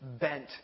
bent